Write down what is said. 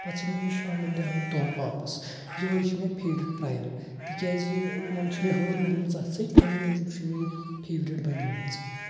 پَتہٕ چھُسَن بہٕ یہِ شامَن تہِ اَنان تورٕ واپَس یہَے چھُ مےٚ فیورِٹ ٹرٛایل تِکیٛازِ وۅنۍ چھِ مےٚ ہٲلٕے گٔمٕژ اَتھ سۭتۍ اَمی موٗجوٗب چھُ مےٚ یہِ فیورِٹ بَنے مٕژ